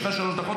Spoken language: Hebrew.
יש לך שלוש דקות,